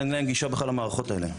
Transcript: אין להם גישה בכלל למערכות האלה.